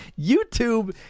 YouTube